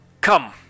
come